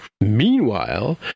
Meanwhile